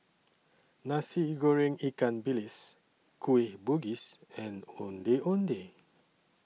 Nasi Goreng Ikan Bilis Kueh Bugis and Ondeh Ondeh